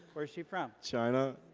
where's she from? china.